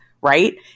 Right